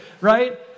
right